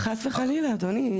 חס וחלילה, אדוני.